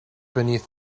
beneath